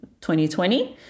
2020